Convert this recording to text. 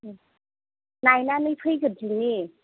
नायनानै फैग्रोदिनि